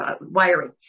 wiring